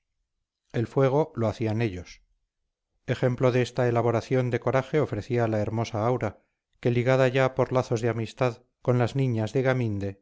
el fuego lo hacían ellas ejemplo de esta elaboración de coraje ofrecía la hermosa aura que ligada ya por lazos de amistad con las niñas de gaminde